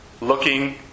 looking